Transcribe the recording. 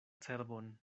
cerbon